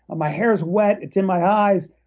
my hair is wet, it's in my eyes.